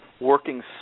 working